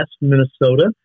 Minnesota